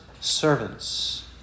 servants